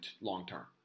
long-term